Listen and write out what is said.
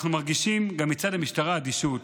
אנחנו מרגישים אדישות